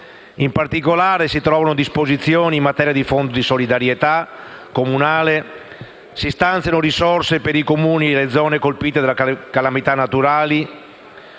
In particolare, vi si trovano disposizioni in materia di Fondo di solidarietà comunale, si stanziano risorse per i Comuni e le zone colpite da calamità naturali